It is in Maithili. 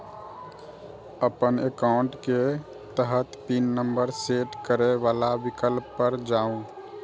अपन एकाउंट के तहत पिन नंबर सेट करै बला विकल्प पर जाउ